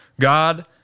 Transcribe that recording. God